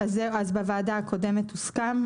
בוועדה הקודמת הוסכם,